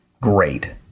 Great